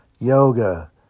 Yoga